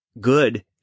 good